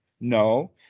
No